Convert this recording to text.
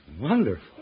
wonderful